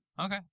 Okay